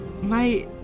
my-